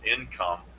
income